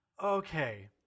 Okay